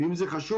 אם זה חשוב,